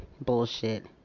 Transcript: Bullshit